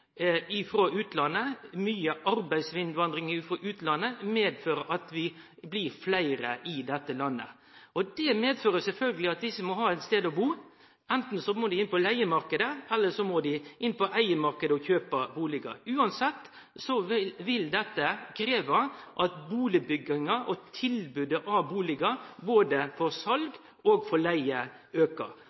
at desse må ha ein stad å bu – anten må dei inn på leigemarknaden, eller dei må inn på eigemarknaden og kjøpe bustad. Uansett vil dette krevje at bustadbygginga og tilbodet av bustader – for både sal og leige – aukar.